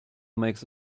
makes